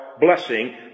blessing